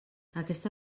aquesta